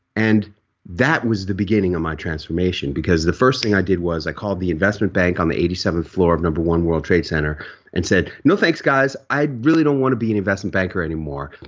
and that was the beginning of my transformation because the first thing i did was i called the investment bank on the eighty seventh floor of number one world trade center and said, no thanks guys, i really don't want to be an investment banker anymore.